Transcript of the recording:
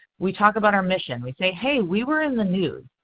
we talk about our mission. we say, hey, we were on the news.